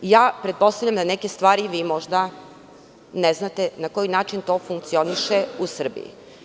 Pretpostavljam da neke stvari vi možda ne znate, na koji način to funkcioniše u Srbiji.